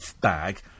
bag